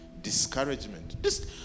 discouragement